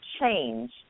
change